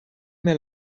mehr